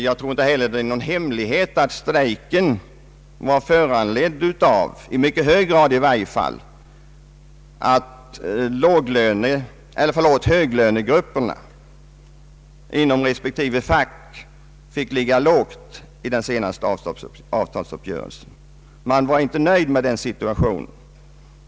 Jag tror inte heller att det är någon hemlighet att strejken i mycket hög grad föranleddes av att höglönegrupperna inom respektive fack kom att ligga lågt i den senaste avtalsuppgörelsen, allt i jämlikhetens tecken. Man var inte nöjd med det.